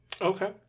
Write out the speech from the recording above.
Okay